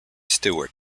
stewart